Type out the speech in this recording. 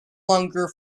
longer